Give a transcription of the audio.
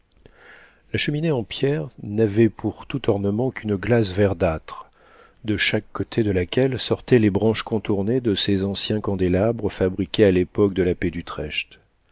la cheminée en pierre n'avait pour tout ornement qu'une glace verdâtre de chaque côté de laquelle sortaient les branches contournées de ces anciens candélabres fabriqués à l'époque de la paix d'utrecht